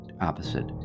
opposite